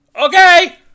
Okay